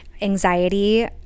anxiety